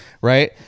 right